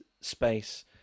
space